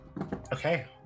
okay